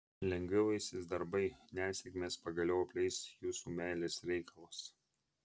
lengviau eisis darbai nesėkmės pagaliau apleis jūsų meilės reikalus